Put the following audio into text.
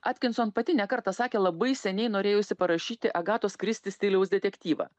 atkinson pati ne kartą sakė labai seniai norėjusi parašyti agatos kristi stiliaus detektyvą